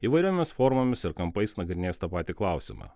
įvairiomis formomis ir kampais nagrinės tą patį klausimą